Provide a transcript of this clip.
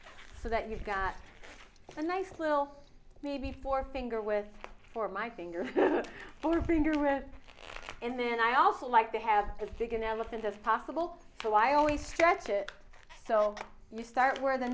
so that you've got a nice little maybe four finger with for my finger on finger and then i also like to have as big an elephant as possible so i always stretch it so you start where the